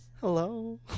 Hello